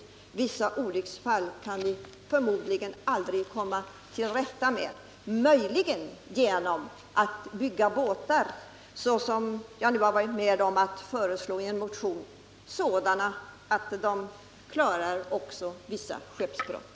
Vissa olycksfall kan vi förmodligen aldrig komma till rätta med; möjligen kan vi göra det genom att bygga båtar på det sätt som jag nu har varit med om att föreslå i en motion, båtar som också klarar vissa skeppsbrott.